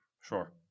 sure